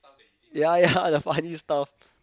ya ya the funny stuff